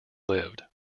lived